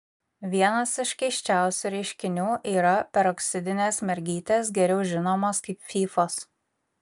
vienas iš keisčiausių reiškinių yra peroksidinės mergytės geriau žinomos kaip fyfos